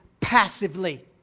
passively